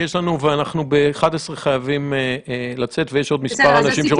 ואנחנו בשעה 11:00 חייבים לצאת ויש עוד מספר אנשים שרוצים לדבר.